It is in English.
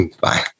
Bye